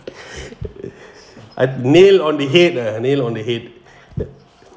I nail on the head lah nail on the head